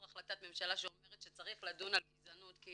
החלטת ממשלה שאומרת שצריך לדון על גזענות כי